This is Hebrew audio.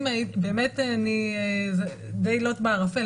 זה די לוט בערפל,